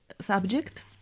subject